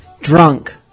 drunk